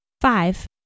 Five